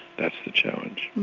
that's the challenge.